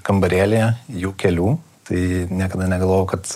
kambarėlyje jų kelių tai niekada negalvojau kad